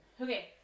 Okay